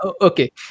Okay